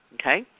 okay